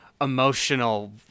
emotional